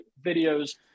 videos